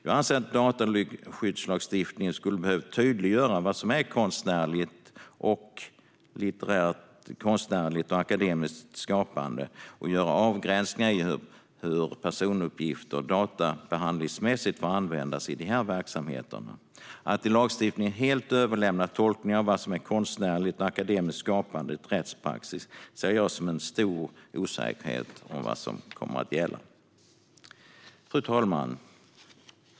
Jag anser att dataskyddslagstiftningen skulle behöva tydliggöra vad som är konstnärligt och akademiskt skapande och göra avgränsningar i hur personuppgifter databehandlingsmässigt får användas i dessa verksamheter. Att i lagstiftningen helt överlämna tolkningen av vad som är konstnärligt och akademiskt skapande till rättspraxis ser jag som en stor osäkerhet om vad som ska gälla. Fru talman!